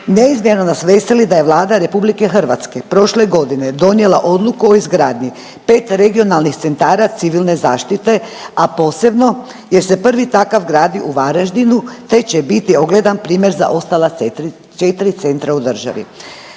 Neizmjerno nas veseli da je Vlada RH donijela odluku o izgradnji 5 regionalnih centara civilne zaštite, a posebno jer se prvi takav gradi u Varaždinu te će biti ogledan primjer za ostala 4 centra u državi.